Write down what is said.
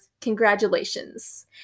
Congratulations